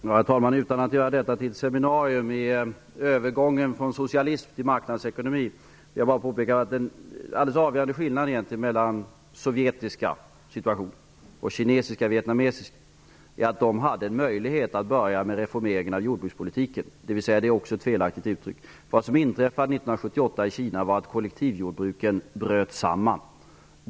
Herr talman! Utan att göra detta till ett seminarium om övergången från socialism till marknadsekonomi vill jag bara påpeka att den alldeles avgörande skillnaden mellan den sovjetiska situationen och den i Kina och Vietnam är att de senare hade möjligheten att börja reformeringen med jordbrukspolitiken. Det är egentligen också ett felaktigt uttryck. Vad som inträffade 1978 i Kina var att kollektivjordbruken bröt samman.